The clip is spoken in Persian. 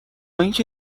اینکه